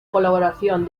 colaboración